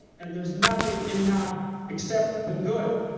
and there's nothing in that except the good.